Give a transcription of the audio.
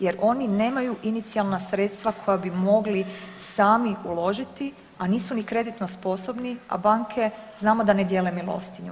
Jer oni nemaju inicijalna sredstva koja bi mogli sami uložiti, a nisu ni kreditno sposobni a banke znamo da ne dijele milostinju.